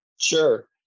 Sure